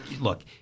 look